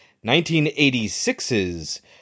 1986's